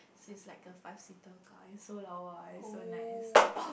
so it's like a five seater car is so lawa is so nice